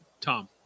Tom